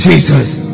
Jesus